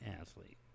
athlete